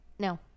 No